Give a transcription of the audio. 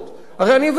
הרי אני הבאתי לפה,